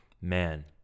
man